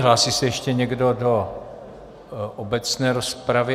Hlásí se ještě někdo do obecné rozpravy?